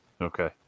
Okay